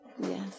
Yes